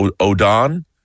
Odon